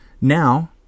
Now